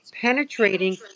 penetrating